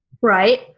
Right